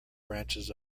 branches